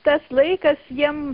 tas laikas jiem